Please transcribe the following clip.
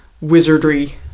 wizardry